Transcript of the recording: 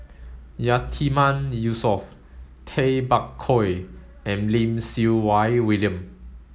Yatiman Yusof Tay Bak Koi and Lim Siew Wai William